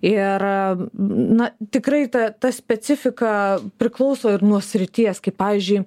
ir na tikrai ta ta specifika priklauso ir nuo srities kaip pavyzdžiui